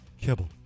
kibble